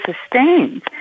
sustains